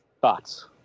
Thoughts